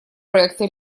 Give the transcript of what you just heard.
проекта